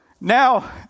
Now